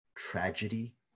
Tragedy